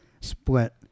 split